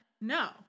No